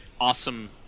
awesome